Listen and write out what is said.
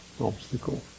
obstacle